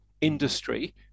industry